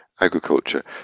agriculture